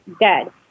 dead